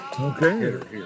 Okay